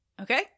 okay